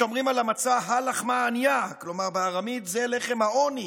אומרים על המצה "הא לחמא עניא" כלומר בארמית "זה לחם העוני"